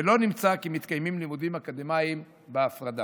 ולא נמצא כי מתקיימים לימודים אקדמיים בהפרדה.